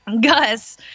Gus –